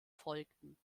folgten